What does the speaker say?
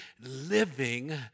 living